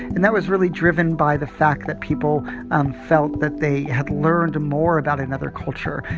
and that was really driven by the fact that people um felt that they had learned more about another culture,